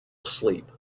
asleep